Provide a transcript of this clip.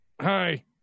hi